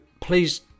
please